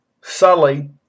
Sully